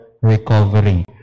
recovery